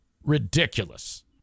Ridiculous